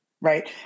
Right